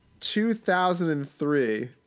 2003